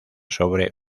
sobre